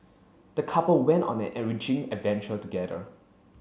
the couple went on an enriching adventure together